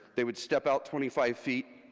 they would step out twenty five feet,